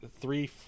three